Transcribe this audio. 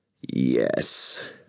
Yes